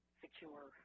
secure